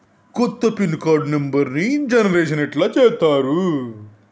కొత్త pin card నెంబర్ని generation ఎట్లా చేత్తరు?